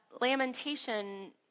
lamentation